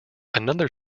another